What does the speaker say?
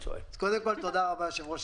קודם כול, תודה רבה, אדוני היושב-ראש